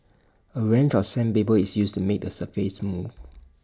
A range of sandpaper is used to make the surface smooth